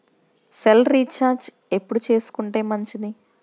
Cell recharge ఎప్పుడు చేసుకొంటే మంచిది?